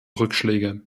rückschläge